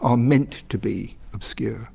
are meant to be obscure.